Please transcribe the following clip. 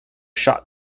shot